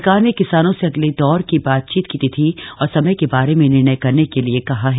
सरकार ने किसानों से अगले दौर की बातचीत की तिथि और समय के बारे में निर्णय करने के लिए कहा है